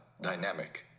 dynamic